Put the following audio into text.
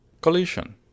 Collision